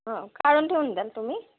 हो काढून ठेऊन द्याल तुम्ही